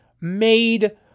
made